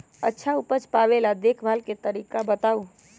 अच्छा उपज पावेला देखभाल के तरीका बताऊ?